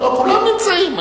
כולם נמצאים,